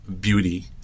beauty